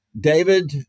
David